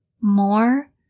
more